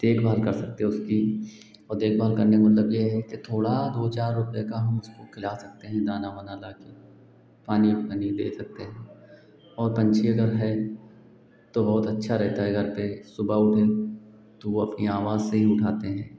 देखभाल कर सकते उसकी और देखभाल करने क मतलब यह है कि थोड़ा दो चार रुपये का हम उसको खिला सकते हैं दाना वाना लाकर पानी क्या वानी दे करके और पक्षितों का प्रेम तो बहुत अच्छा रहता है घर पर सुबह हुई तो वह अपनी आवाज़ से ही उठाते हैं